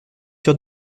sur